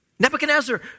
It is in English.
Nebuchadnezzar